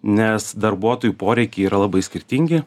nes darbuotojų poreikiai yra labai skirtingi